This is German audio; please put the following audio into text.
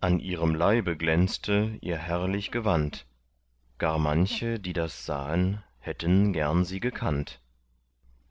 an ihrem leibe glänzte ihr herrlich gewand gar manche die das sahen hätten gern sie gekannt